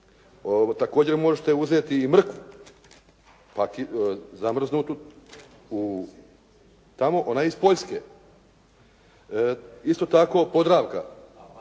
također možete uzeti i mrkvu zamrznutu tamo, ona je iz Poljske. Isto tako Podravka,